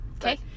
okay